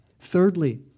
Thirdly